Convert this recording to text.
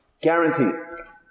Guaranteed